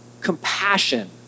Compassion